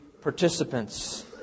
participants